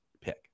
pick